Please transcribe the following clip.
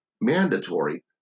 mandatory